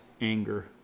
anger